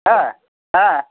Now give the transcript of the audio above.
হ্যাঁ হ্যাঁ